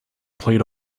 played